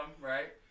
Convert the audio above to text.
right